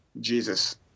Jesus